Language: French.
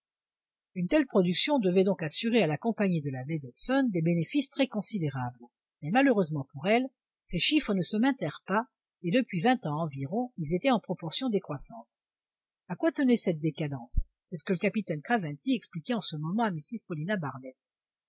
une telle production devait donc assurer à la compagnie de la baie d'hudson des bénéfices très considérables mais malheureusement pour elle ces chiffres ne se maintinrent pas et depuis vingt ans environ ils étaient en proportion décroissante à quoi tenait cette décadence c'est ce que le capitaine craventy expliquait en ce moment à mrs paulina barnett